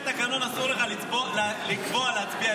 וסרלאוף, אתה לא מקשיב,